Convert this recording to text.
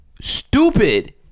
stupid